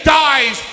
dies